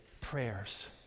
prayers